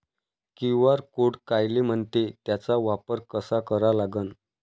QR code कायले म्हनते, त्याचा वापर कसा करा लागन?